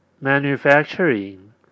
manufacturing